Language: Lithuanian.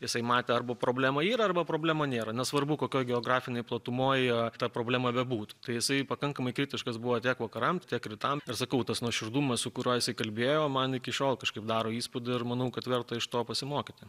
jisai matė arba problema yra arba problema nėra nesvarbu kokioj geografinėj platumoj ta problema bebūtų tai jisai pakankamai kritiškas buvo tiek vakaram tiek rytam ir sakau tas nuoširdumas su kuriuo jisai kalbėjo man iki šiol kažkaip daro įspūdį ir manau kad verta iš to pasimokyti